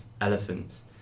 elephants